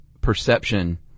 perception